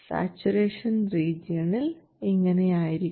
saturation റീജിയണിൽ ഇങ്ങനെയായിരിക്കും